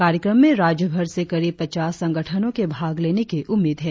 कार्यक्रम में राज्यभर से करीब पचास संगठनों के भाग लेने की उम्मीद है